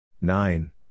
Nine